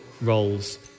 roles